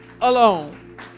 alone